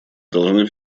должны